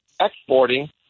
exporting